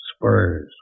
Spurs